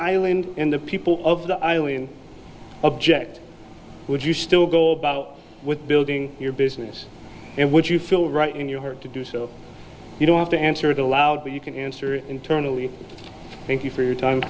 island in the people of the eileen object would you still go about with building your business and would you feel right in your heart to do so you don't have to answer it aloud but you can answer it internally thank you for your time